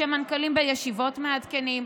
שמנכ"לים בישיבות מעדכנים,